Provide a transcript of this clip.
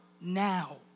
now